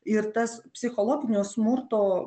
ir tas psichologinio smurto